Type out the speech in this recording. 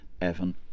Evan